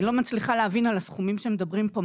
אני לא מצליחה להבין על הסכומים שמדברים פה.